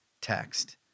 text